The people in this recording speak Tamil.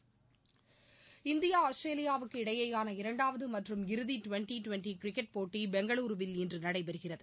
கிரிக்கெட் இந்தியா ஆஸ்திரேலியாவுக்கு இடையேயான இரண்டாவது மற்றும் இறுதி டுவண்ட்டி டுவண்ட்டி கிரிக்கெட் போட்டி பெங்களுருவில் இன்று நடைபெறுகிறது